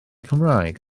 cymraeg